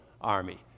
army